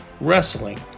wrestling